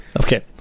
Okay